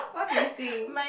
what's missing